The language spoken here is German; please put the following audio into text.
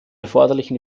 erforderlichen